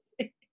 say